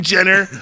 Jenner